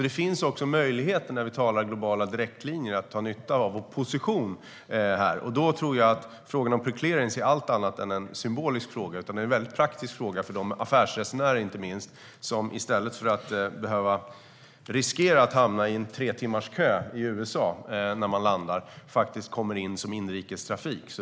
Det finns möjligheter när vi talar om globala direktlinjer att dra nytta av vår position. Där är frågan om preclearance allt annat än en symbolisk fråga. Det är en väldigt praktisk fråga inte minst för de affärsresenärer som i stället för att behöva riskera att hamna i en tretimmarskö i USA när de landar kommer in som inrikestrafik.